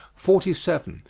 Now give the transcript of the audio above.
forty seven.